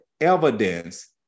evidence